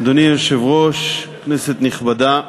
אדוני היושב-ראש, כנסת נכבדה,